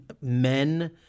men